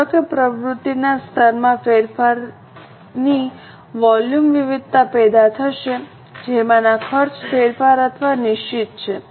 ધારો કે પ્રવૃત્તિના સ્તરમાં ફેરફારની વોલ્યુમ વિવિધતા પેદા થશે જેમાંના ખર્ચમાં ફેરફાર અથવા નિશ્ચિત છે